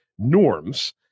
Norms